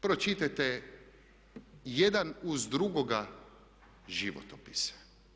Pročitajte jedan uz drugoga životopise.